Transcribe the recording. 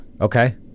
Okay